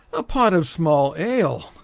a pot of small ale.